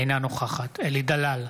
אינה נוכחת אלי דלל,